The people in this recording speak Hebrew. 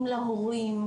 אם להורים,